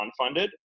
unfunded